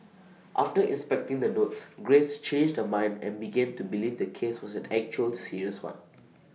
after inspecting the notes grace changed her mind and began to believe the case was an actual serious one